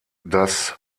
das